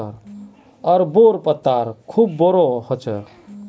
अरबोंर पत्ता खूब बोरो ह छेक